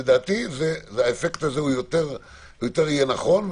שלדעתי האפקט הזה יהיה יותר נכון.